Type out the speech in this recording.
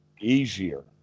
easier